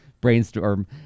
Brainstorm